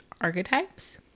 Archetypes